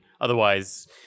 Otherwise